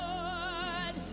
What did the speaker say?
Lord